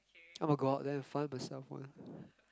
oh-my-god then find myself one